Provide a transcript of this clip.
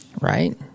right